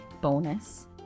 bonus